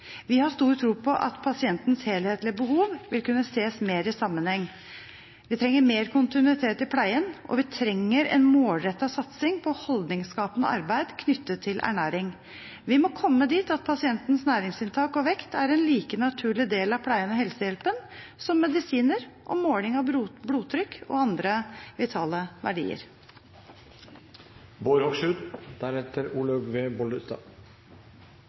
Vi har stor tro på at pasientens helhetlige behov vil kunne ses mer i sammenheng. Vi trenger mer kontinuitet i pleien, og vi trenger en målrettet satsing på holdningsskapende arbeid knyttet til ernæring. Vi må komme dit at pasientens næringsinntak og vekt er en like naturlig del av pleien og helsehjelpen som medisiner og måling av blodtrykk og andre vitale verdier.